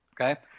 okay